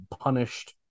punished